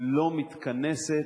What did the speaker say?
לא מתכנסת.